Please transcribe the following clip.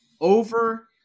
over